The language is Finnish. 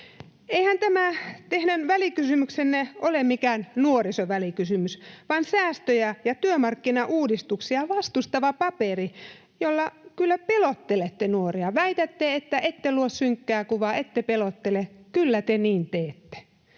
Eihän tämä teidän välikysymyksenne ole mikään nuorisovälikysymys vaan säästöjä ja työmarkkinauudistuksia vastustava paperi, jolla kyllä pelottelette nuoria. Väitätte, että ette luo synkkää kuvaa ja ette pelottele. Kyllä te niin teette.